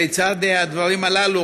לצד הדברים הללו,